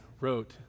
wrote